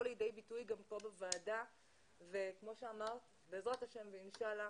לידי ביטוי גם פה בוועדה וכמו שאמרת בעזרת השם ואינשאללה